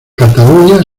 cataluña